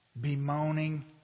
bemoaning